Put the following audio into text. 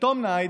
שטום ניידס,